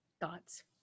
Thoughts